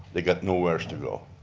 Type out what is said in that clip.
they got no where else to go.